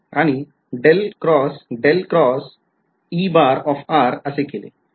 आणि असे केले